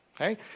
okay